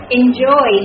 enjoy